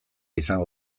izango